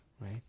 right